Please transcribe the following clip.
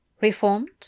Reformed